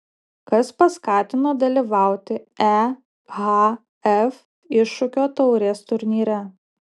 kas paskatino dalyvauti ehf iššūkio taurės turnyre